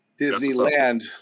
Disneyland